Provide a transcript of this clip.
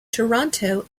toronto